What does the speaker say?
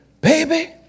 baby